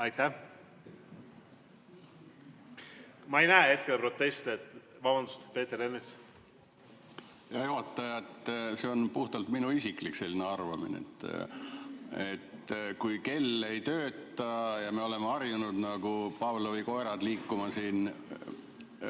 Aitäh! Ma ei näe hetkel proteste. Vabandust, Peeter Ernits! Hea juhataja! See on puhtalt minu isiklik arvamine, et kui kell ei tööta ja me oleme harjunud nagu Pavlovi koerad siin